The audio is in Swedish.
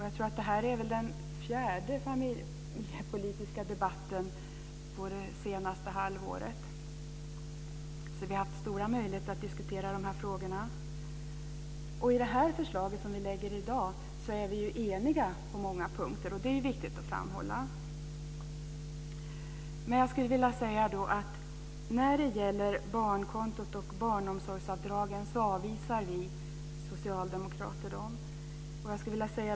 Jag tror att det är den fjärde familjepolitiska debatten det senaste halvåret, så vi har haft stora möjligheter att diskutera de familjepolitiska frågorna. I de förslag som vi lägger fram i dag är vi eniga på många punkter. Det är viktigt att framhålla. Vi socialdemokrater avvisar förslagen om barnkontot och barnomsorgsavdragen. Visst får man kritisera vårt förslag.